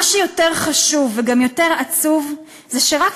מה שיותר חשוב וגם יותר עצוב זה שרק